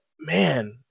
Man